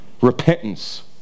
Repentance